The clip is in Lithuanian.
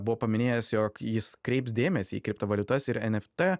buvo paminėjęs jog jis kreips dėmesį į kriptovaliutas ir nft